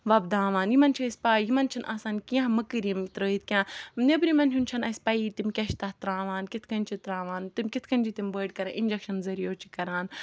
وۄبداوان یِمَن چھِ أسۍ پاے یِمَن چھِنہٕ آسان کینٛہہ مٔکٕر یِم ترٲیِتھ کینٛہہ نیٚبرِمٮ۪ن ہُنٛد چھَنہٕ اَسہِ پَیی تِم کیاہ چھِ تَتھ تراوان کِتھ کٔنۍ چھِ تراوان تِم کِتھ کٔنۍ چھِ بٔڑۍ کَران اِنجکشَن زٔریَو چھِ کَران